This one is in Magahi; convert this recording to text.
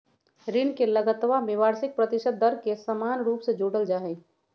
ऋण के लगतवा में वार्षिक प्रतिशत दर के समान रूप से जोडल जाहई